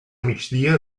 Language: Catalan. migdia